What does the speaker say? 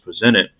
presented